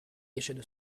gâchette